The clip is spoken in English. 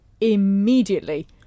immediately